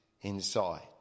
inside